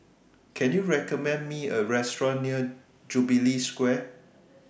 Can YOU recommend Me A Restaurant near Jubilee Square